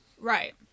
Right